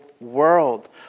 world